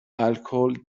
الکل